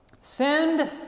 Send